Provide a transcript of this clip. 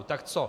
Tak co?